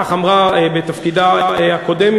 כך אמרה בתפקידה הקודם,